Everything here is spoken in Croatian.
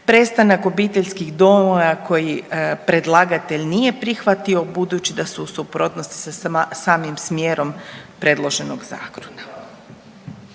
prestanak obiteljskih domova koji predlagatelj nije prihvatio budući da su u suprotnosti sa samim smjerom predloženog zakona.